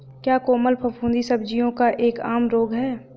क्या कोमल फफूंदी सब्जियों का एक आम रोग है?